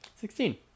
Sixteen